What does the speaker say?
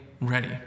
ready